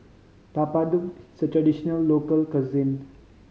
Papadum is a traditional local cuisine